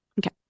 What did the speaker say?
Okay